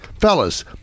fellas